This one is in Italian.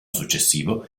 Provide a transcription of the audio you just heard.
successivo